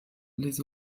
les